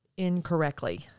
incorrectly